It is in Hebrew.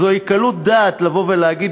זוהי קלות דעת לבוא ולהגיד,